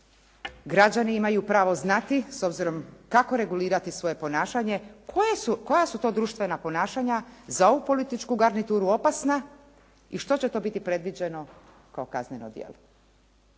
građani imaju pravo znati s obzirom kako regulirati svoje ponašanje. Koja su to društvena ponašanja za ovu političku garnituru opasna i što će to biti predviđeno kao kazneno djelo?